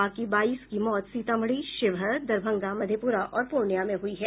बाकी बाईस की मौत सीतामढ़ी शिवहर दरभंगा मधेप्रा और पूर्णिया में हुई है